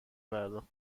پرداخت